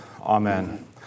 amen